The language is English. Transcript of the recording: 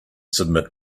submit